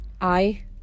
I